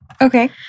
okay